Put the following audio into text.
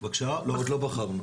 לא, עוד לא בחרנו.